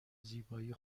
زیبایی